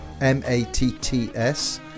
M-A-T-T-S